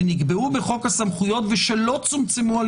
שנקבעו בחוק הסמכויות ושלא צומצמו על